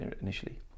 initially